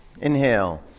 Inhale